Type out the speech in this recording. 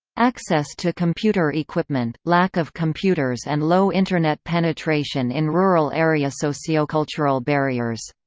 access to computer equipment lack of computers and low internet penetration in rural areassociocultural barriers